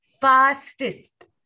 fastest